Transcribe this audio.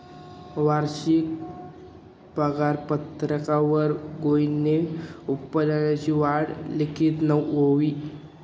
वारशिक पगारपत्रकवर गोविंदनं उत्पन्ननी वाढ लिखेल व्हती